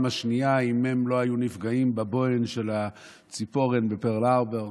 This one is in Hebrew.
השנייה אם הם לא היו נפגעים בבוהן של הציפורן בפרל הארבור.